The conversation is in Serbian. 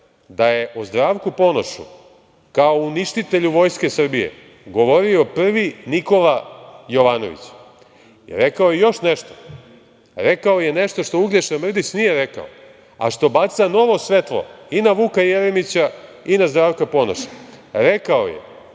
da je o Zdravku Ponošu, kao uništitelju vojske Srbije govorio prvi Nikola Jovanović i rekao još nešto, rekao je nešto što Uglješa Mrdić nije rekao, a što baca novo svetlo i na Vuka Jeremića i na Zdravka Ponoša, rekao je